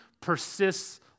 persists